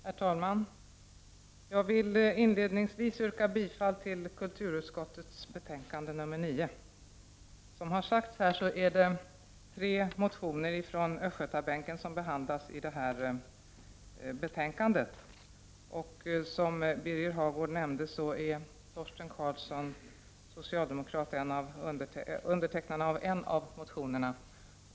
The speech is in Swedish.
Herr talman! Jag vill inledningsvis yrka bifall till kulturutskottets hemställan i betänkande 9. Som har sagts här är det tre motioner från östgötabänken som behandlas i detta betänkande. Som Birger Hagård nämnde är Torsten Karlsson, socialdemokrat, undertecknare av en av motionerna.